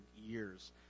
years